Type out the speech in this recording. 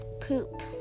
poop